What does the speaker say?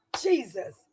Jesus